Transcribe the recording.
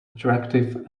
attractive